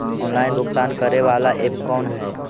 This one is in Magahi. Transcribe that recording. ऑनलाइन भुगतान करे बाला ऐप कौन है?